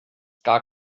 gar